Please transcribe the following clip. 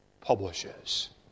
publishes